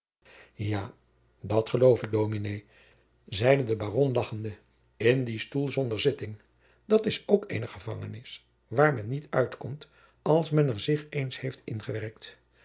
ja dat geloof ik dominé zeide de baron lagchende in dien stoel zonder zitting dat is ook eene gevangenis waar men niet uit komt als men er zich eens heeft ingewerkt